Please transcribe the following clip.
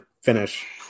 finish